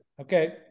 Okay